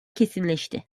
kesinleşti